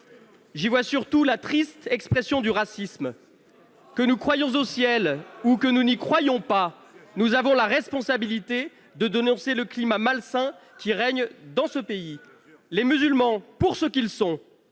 J'y vois surtout la triste expression du racisme. Que nous croyions au ciel ou que nous n'y croyions pas, nous avons la responsabilité de dénoncer le climat malsain qui règne dans ce pays. Les musulmans, pour ce qu'ils sont,